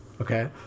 Okay